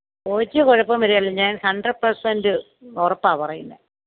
ഒരു കുഴപ്പവും വരുകേലാ ഞാന് ഹണ്ട്രഡ് പേര്സെന്റ് ഉറപ്പാ പറയുന്നത്